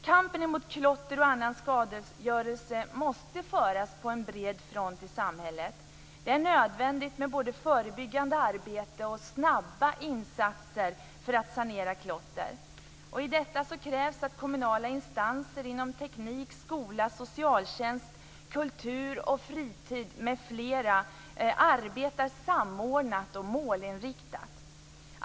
Kampen mot klotter och annan skadegörelse måste föras på bred front i samhället. Det är nödvändigt med både förebyggande arbete och snabba insatser för att sanera klotter. För detta krävs att kommunala instanser inom teknik, skola, socialtjänst, kultur och fritid m.fl. arbetar samordnat och målinriktat.